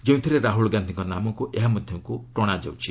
ଯେଉଁଥିରେ ରାହୁଲ ଗାନ୍ଧୀଙ୍କ ନାମକୁ ଏହାମଧ୍ୟକୁ ଅଣାଯାଉଛି